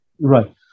Right